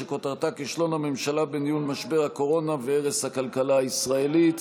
שכותרתה: כישלון הממשלה בניהול משבר הקורונה והרס הכלכלה הישראלית.